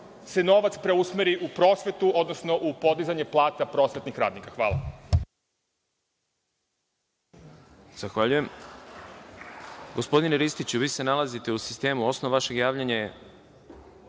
se novac preusmeri u prosvetu, odnosno u podizanje plata prosvetnih radnika. Hvala.